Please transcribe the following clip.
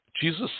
Jesus